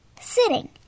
sitting